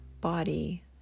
body